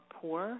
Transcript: poor